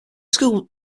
school